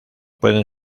pueden